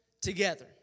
Together